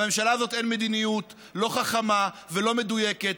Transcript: לממשלה הזאת אין מדיניות לא חכמה ולא מדויקת,